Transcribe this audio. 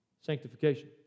sanctification